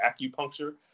acupuncture